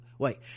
Wait